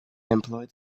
employed